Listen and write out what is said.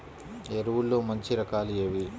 ఎరువుల్లో మంచి రకాలు ఏవి?